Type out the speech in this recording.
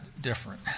different